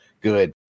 good